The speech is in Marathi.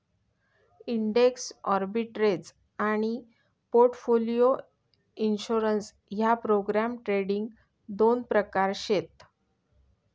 इंडेक्स आर्बिट्रेज आनी पोर्टफोलिओ इंश्योरेंस ह्या प्रोग्राम ट्रेडिंग दोन प्रकार शेत